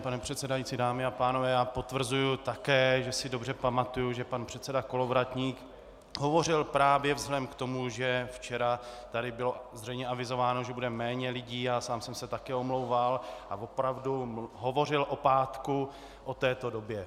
Pane předsedající, dámy a pánové, já potvrzuji také, že si dobře pamatuji, že pan předseda Kolovratník hovořil právě vzhledem k tomu, že včera tady bylo zřejmě avizováno, že bude méně lidí, já sám jsem se také omlouval, a opravdu hovořil o pátku, o této době.